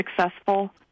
successful